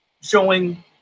showing